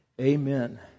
Amen